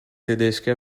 tedesche